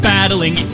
Battling